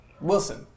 Wilson